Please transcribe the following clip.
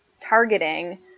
targeting